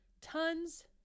tons